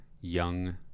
young